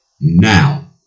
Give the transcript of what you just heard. Now